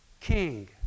king